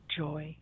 joy